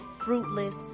fruitless